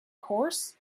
horse